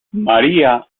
maría